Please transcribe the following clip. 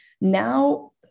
Now